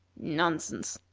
nonsense,